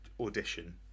audition